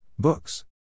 Books